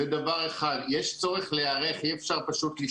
יש צורך להיערך אי אפשר פשוט לשלוח את היד.